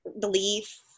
belief